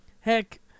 Heck